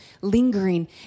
lingering